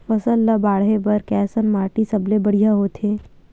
फसल ला बाढ़े बर कैसन माटी सबले बढ़िया होथे?